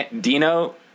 Dino